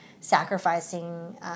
sacrificing